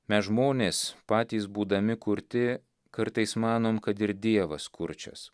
mes žmonės patys būdami kurti kartais manom kad ir dievas kurčias